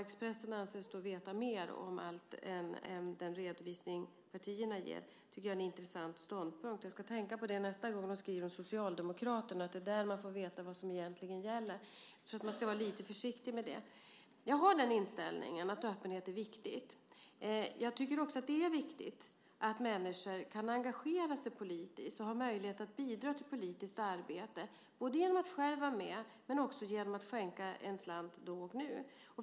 Expressen anses veta mer om allt än den redovisning partierna ger. Det tycker jag är en intressant ståndpunkt. Nästa gång de skriver om Socialdemokraterna ska jag tänka på att det är där man får veta vad som egentligen gäller. Jag tror att man ska vara lite försiktig med det. Jag har den inställningen att öppenhet är viktigt. Jag tycker också att det är viktigt att människor kan engagera sig politiskt och har möjlighet att bidra till politiskt arbete genom att själva vara med men också genom att skänka en slant.